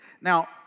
Now